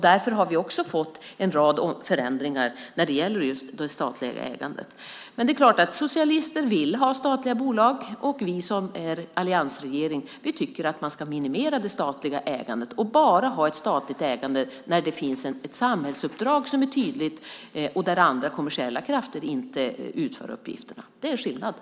Därför har vi fått en rad förändringar just när det gäller det statliga ägandet. Socialister vill ha statliga bolag. Vi i alliansregeringen tycker att vi ska minimera det statliga ägandet och bara ha statligt ägande när det finns ett tydligt samhällsuppdrag och kommersiella krafter inte utför uppgifterna. Det är skillnaden.